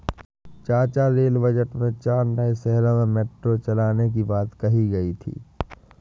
चाचा rail budget में चार नए शहरों में मेट्रो चलाने की बात कही गई थी